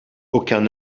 aucun